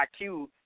IQ